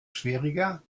schwieriger